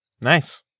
nice